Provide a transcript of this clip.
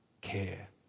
care